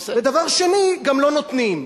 ודבר שני גם לא נותנים.